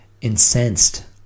incensed